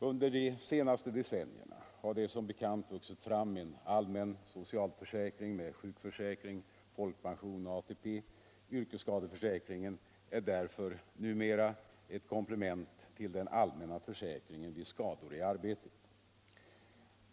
Under de senaste decennierna har det som bekant = vuxit fram en allmän socialförsäkring med sjukförsäkring, folkpension = Arbetsskadeförsäkoch ATP. Yrkesskadeförsäkringen är därför numera ett komplement till ring den allmänna försäkringen vid skador i arbetet.